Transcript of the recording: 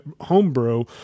homebrew